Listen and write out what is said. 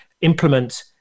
implement